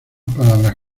palabras